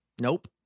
Nope